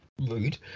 Rude